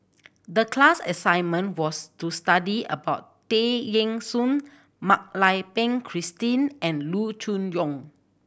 the class assignment was to study about Tay Eng Soon Mak Lai Peng Christine and Loo Choon Yong